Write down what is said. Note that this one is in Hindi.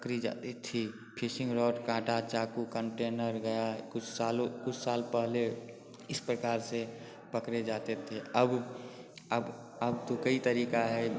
पकड़ी जाती थी फिशिंग रॉड कांटा चाकू कंटेनर गया कुछ सालों कुछ साल पहले इस प्रकार से पकड़े जाते थे अब अब अब तो कई तरीका है